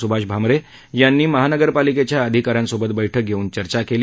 स्भाष भामरे यांनी महानगरपालिकेच्या अधिकाऱ्यांसोबत बैठक घेऊन चर्चा केली